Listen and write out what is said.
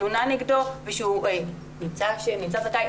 תלונה או שהוא נמצא אשם או נמצא זכאי,